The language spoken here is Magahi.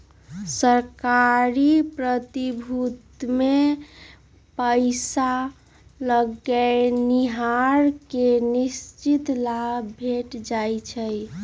सरकारी प्रतिभूतिमें पइसा लगैनिहार के निश्चित लाभ भेंट जाइ छइ